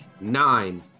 nine